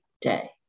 day